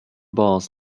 balls